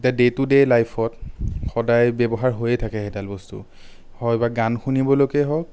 এতিয়া day to day লাইফত সদায় ব্যৱহাৰ হৈয়ে থাকে সেইডাল বস্তু হয় বা গান শুনিবলৈকে হওঁক